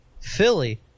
Philly